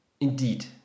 indeed